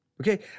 Okay